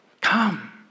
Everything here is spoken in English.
come